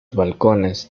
balcones